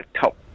top